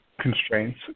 constraints